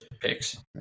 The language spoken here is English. picks